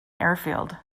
airfield